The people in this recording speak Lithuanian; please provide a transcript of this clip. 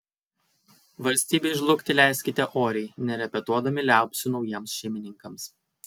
valstybei žlugti leiskite oriai nerepetuodami liaupsių naujiems šeimininkams